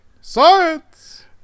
Science